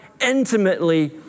intimately